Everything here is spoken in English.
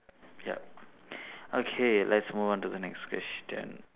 yup okay let's move on to the next question